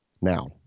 now